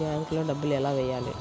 బ్యాంక్లో డబ్బులు ఎలా వెయ్యాలి?